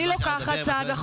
אני לא יכולה ככה.